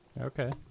Okay